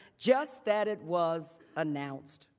just that it was announced.